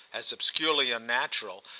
as obscurely unnatural,